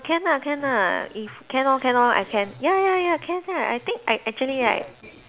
can lah can lah if can lor can lor I can ya ya ya can can I think I actually right